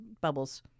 bubbles